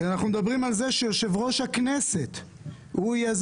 אנחנו מדברים על זה שיושב ראש הכנסת יהיה זה